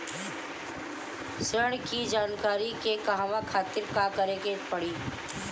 ऋण की जानकारी के कहवा खातिर का करे के पड़ी?